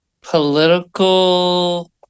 political